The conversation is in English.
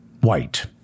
white